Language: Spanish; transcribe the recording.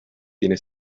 tiene